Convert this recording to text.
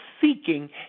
seeking